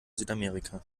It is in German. südamerika